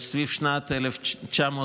סביב שנת 1952,